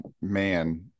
man